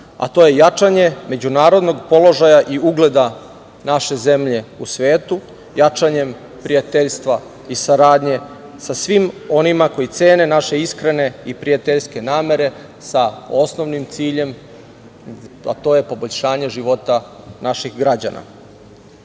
a to je jačanje međunarodnog položaja i ugleda naše zemlje u svetu, jačanjem prijateljstva i saradnje sa svim onima koji cene naše iskrene i prijateljske namere sa osnovnim ciljem, a to je poboljšanje života naših građana. Moje